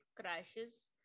crashes